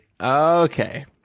Okay